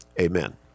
amen